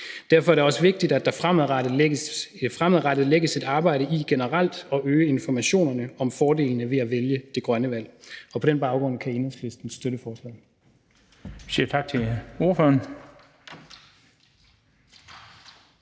derfor er det også vigtigt, at der fremadrettet lægges et arbejde i generelt at øge informationerne om fordelene ved at vælge det grønne valg. På den baggrund kan Enhedslisten støtte forslaget.